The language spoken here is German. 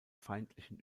feindlichen